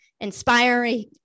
inspiring